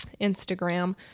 instagram